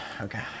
Okay